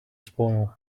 spoil